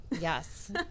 Yes